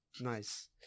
nice